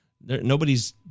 nobody's